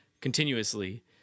continuously